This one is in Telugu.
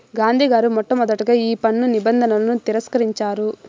గాంధీ గారు మొట్టమొదటగా ఈ పన్ను నిబంధనలను తిరస్కరించారు